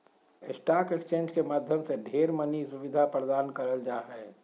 stock exchange के माध्यम से ढेर मनी सुविधा प्रदान करल जा हय